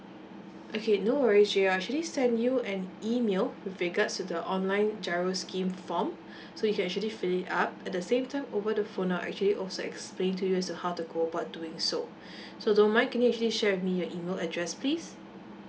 okay no worries jay I'll actually send you an email with regards to the online GIRO scheme form so you can actually fill it out at the same time over the phone I'll actually also explain to you as to how to go about doing so so don't mind can you actually share with me your email address please